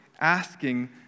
asking